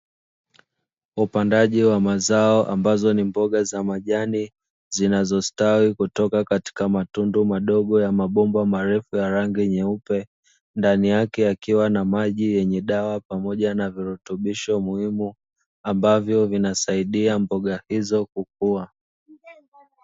Upandaji wa mazao ambazo ni mboga za majani zinazostawi kutoka katika matundu madogo ya mabomba marefu ya rangi nyeupe ndani yake akiwa na maji yenye dawa pamoja na virutubisho muhimu ambavyo vinasaidia mboga hizo kukua.